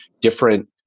different